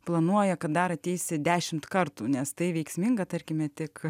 planuoja kad dar ateisi dešimt kartų nes tai veiksminga tarkime tik